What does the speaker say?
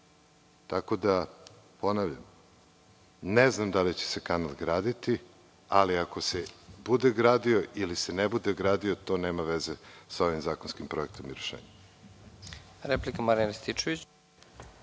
tako da, ponavljam, ne znam da li će se kanal graditi, ali ako se bude gradio ili ne bude gradio, te nema veze sa ovim zakonskim projektom i rešenjem.